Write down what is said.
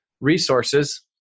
resources